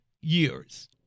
years